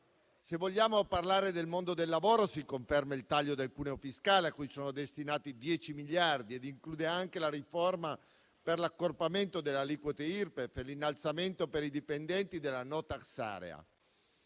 Se vogliamo parlare del mondo del lavoro, si conferma il taglio del cuneo fiscale, a cui sono destinati 10 miliardi di euro e che include anche la riforma per l'accorpamento delle aliquote Irpef e l'innalzamento per i dipendenti della *no tax area*.